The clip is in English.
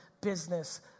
business